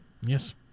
Yes